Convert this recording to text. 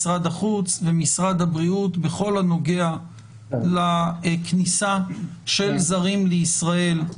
משרד החוץ ומשרד הבריאות בכל הנוגע לכניסה של זרים לישראל.